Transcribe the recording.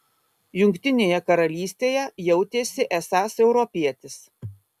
jungtinėje karalystėje jautėsi esąs europietis